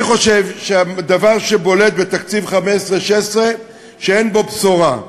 אני חושב שהדבר שבולט בתקציב 15' 16' הוא שאין בו בשורה,